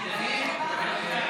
אתה תקשיב להם